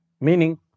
meaning